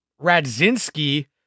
Radzinski